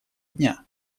дня